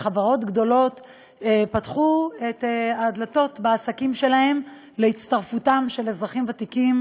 וחברות גדולות פתחו את הדלתות בעסקים שלהן להצטרפותם של אזרחים ותיקים,